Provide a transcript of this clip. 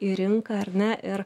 į rinką ar ne ir